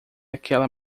aquela